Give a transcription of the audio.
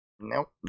Nope